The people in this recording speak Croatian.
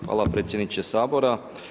Hvala predsjedniče Sabora.